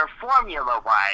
formula-wise